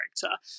character